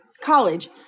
college